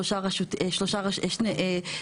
למשל,